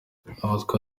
abatwa